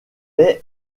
est